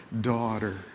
daughter